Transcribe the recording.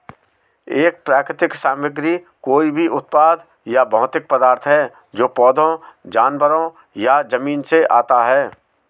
एक प्राकृतिक सामग्री कोई भी उत्पाद या भौतिक पदार्थ है जो पौधों, जानवरों या जमीन से आता है